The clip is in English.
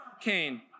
Cain